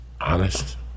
honest